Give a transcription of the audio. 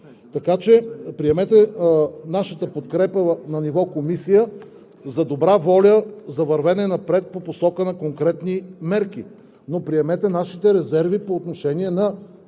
Така че приемете подкрепа ни на ниво Комисия за добра воля, за вървене напред по посока на конкретни мерки, но приемете нашите резерви по отношение на